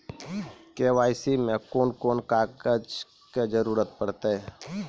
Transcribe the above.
KYC मे कून कून कागजक जरूरत परतै?